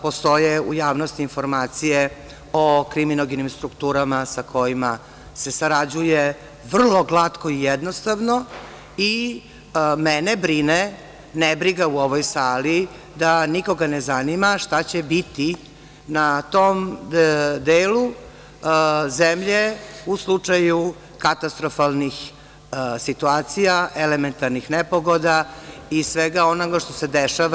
Postoje u javnosti informacije o kriminogenim strukturama sa kojima se sarađuje vrlo glatko i jednostavno i mene brine, nebriga u ovoj sali da nikoga ne zanima šta će biti na tom delu zemlje u slučaju katastrofalnih situacija, elementarnih nepogoda, i svega onoga što se dešava.